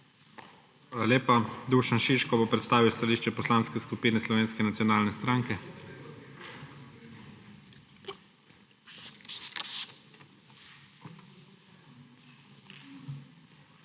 lepa. Dušan Šiško bo predstavil stališče Poslanske skupine Slovenske nacionalne stranke.